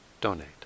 donate